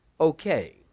okay